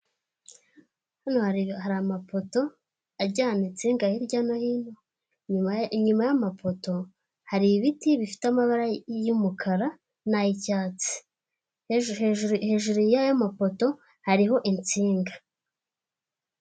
Hano hari amapoto ajyana insinga hirya no hino, inyuma y'amapoto hari ibiti bifite amabara y'umukara nay'icyatsi hejuru yaya mapoto hariho insinga.